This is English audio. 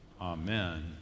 amen